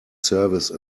service